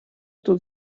тут